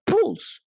pools